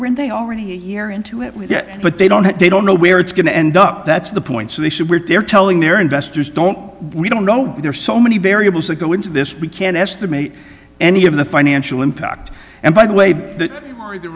when they already a year into it but they don't have they don't know where it's going to end up that's the point so they should wait they're telling their investors don't we don't know there are so many variables that go into this we can't estimate any of the financial impact and by the way th